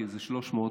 זה 300,